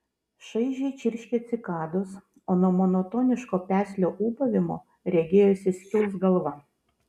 šaižiai čirškė cikados o nuo monotoniško peslio ūbavimo regėjosi skils galva